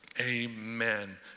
Amen